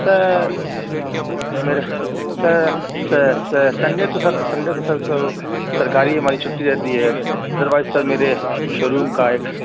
سر میرا sir Sunday تو sir Sunday تو سر تو سرکاری ہماری چھٹی رہتی ہے ادر وائز سر میرے شو روم کا ایک